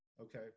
Okay